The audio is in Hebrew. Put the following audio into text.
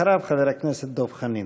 אחריו, חבר הכנסת דב חנין.